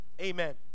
Amen